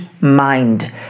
mind